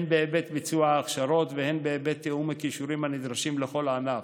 הן בהיבט ביצוע ההכשרות והן בהיבט תיאום הכישורים הנדרשים לכל ענף,